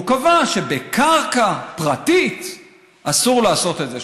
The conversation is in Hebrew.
והוא קבע שבקרקע פרטית אסור לעשות את זה.